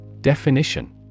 Definition